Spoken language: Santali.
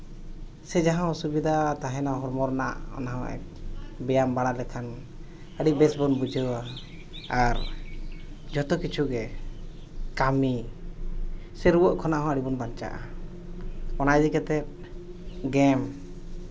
ᱥᱮ ᱡᱟᱦᱟᱸ ᱚᱥᱩᱵᱤᱫᱟ ᱛᱟᱦᱮᱱᱟ ᱦᱚᱲᱢᱚ ᱨᱮᱱᱟᱜ ᱚᱱᱟ ᱵᱮᱭᱟᱢ ᱵᱟᱲᱟ ᱞᱮᱠᱷᱟᱱ ᱟᱹᱰᱤ ᱵᱮᱥ ᱵᱚᱱ ᱵᱩᱡᱷᱟᱹᱣᱟ ᱟᱨ ᱡᱚᱛᱚ ᱠᱤᱪᱷᱩ ᱜᱮ ᱠᱟᱹᱢᱤ ᱥᱮ ᱨᱩᱣᱟᱹᱜ ᱠᱷᱚᱱᱟ ᱦᱚᱸ ᱟᱹᱰᱤ ᱵᱚᱱ ᱵᱟᱧᱪᱟᱜᱼᱟ ᱚᱱᱟ ᱤᱫᱤ ᱠᱟᱛᱮ ᱜᱮᱢ